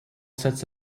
sets